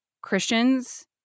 Christians